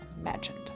imagined